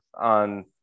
on